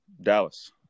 Dallas